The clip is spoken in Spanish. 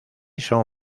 son